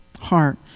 heart